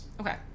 Okay